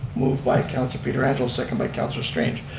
moved by councilor pietrangelo, second by councilor strange.